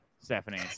Stephanie